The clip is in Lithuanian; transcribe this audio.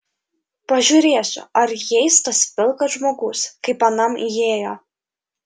pažiūrėsiu ar įeis tas pilkas žmogus kaip anam įėjo